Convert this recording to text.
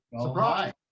Surprise